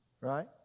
right